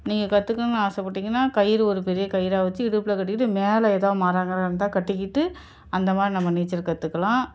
நீங்கள் கற்றுக்கணுன்னு ஆசைப்பட்டீங்கன்னா கயிறு ஒரு பெரிய கயிறாக வைச்சி இடுப்பில் கட்டிக்கிட்டு மேலே ஏதா மரம் கிரம் இருந்தால் கட்டிக்கிட்டு அந்த மாதிரி நம்ம நீச்சல் கற்றுக்கலாம்